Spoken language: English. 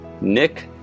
Nick